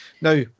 Now